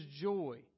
joy